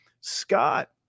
Scott